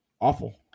awful